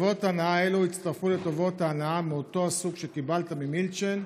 טובות הנאה אלו הצטרפו לטובות ההנאה מאותו הסוג שקיבלת ממילצ'ן,